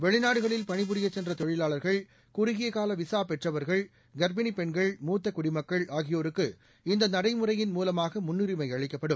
வெளிநாடுகளில் பணிபுரியசென்றதொழிலாளா்கள் குறுகியகாலவிசாபெற்றவா்கள் கா்ப்பிணிபெண்கள் மூத்தகுடிமக்கள் ஆகியோருக்கு இந்தநடைமுறையின் மூலமாகமுன்னுரிமைஅளிக்கப்படும்